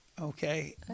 okay